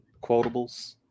quotables